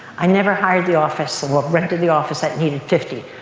i never hired the office or rented the office that needed fifty.